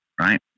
right